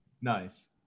Nice